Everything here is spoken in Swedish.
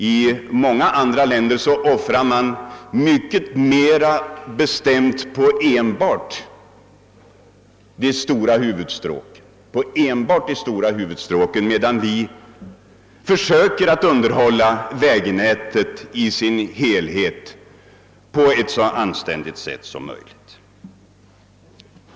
I många andra länder lägger man ned mycket mera på enbart de stora huvudstråken, medan vi försöker underhålla vägnätet i dess helhet på ett så anständigt sätt som möjligt.